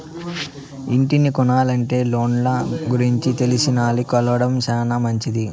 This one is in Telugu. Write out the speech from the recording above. ఇంటిని కొనలనుకుంటే లోన్ల గురించి తెలిసినాల్ని కలవడం శానా మంచిది